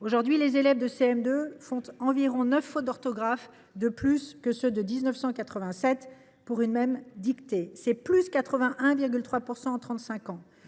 Aujourd’hui, les élèves de CM2 font environ neuf fautes d’orthographe de plus que ceux de 1987 à la même dictée, soit une augmentation